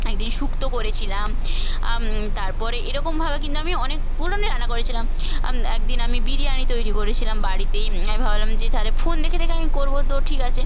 এক দিন শুক্তো করেছিলাম আম তার পরে এরকমভাবে কিন্তু আমি অনেকগুলোনই রান্না করেছিলাম আম এক দিন আমি বিরিয়ানি তৈরি করেছিলাম বাড়িতেই আমি ভাবলাম যে তাহলে ফোন দেখে দেখে আমি করব তো ঠিক আছে